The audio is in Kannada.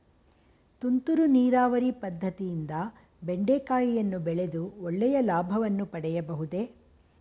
ತುಂತುರು ನೀರಾವರಿ ಪದ್ದತಿಯಿಂದ ಬೆಂಡೆಕಾಯಿಯನ್ನು ಬೆಳೆದು ಒಳ್ಳೆಯ ಲಾಭವನ್ನು ಪಡೆಯಬಹುದೇ?